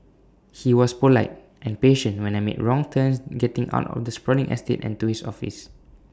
he was polite and patient when I made wrong turns getting out of the sprawling estate and to his office